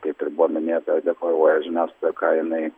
kaip ir buvo minėta deklaruoja žiniasklaida ką jinai